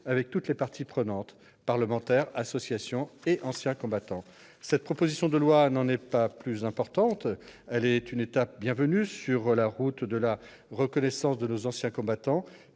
avec toutes les parties prenantes : parlementaires, associations et anciens combattants. Cette proposition de loi n'en est que plus importante. Elle constitue une étape bienvenue sur la route de la reconnaissance de nos anciens combattants,